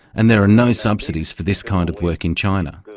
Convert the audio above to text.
and there are no subsidies for this kind of work in china.